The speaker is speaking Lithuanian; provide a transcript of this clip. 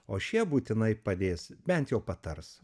o šie būtinai padės bent jau patars